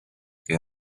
que